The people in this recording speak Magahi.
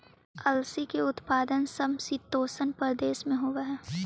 अलसी के उत्पादन समशीतोष्ण प्रदेश में होवऽ हई